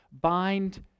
bind